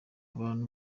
abantu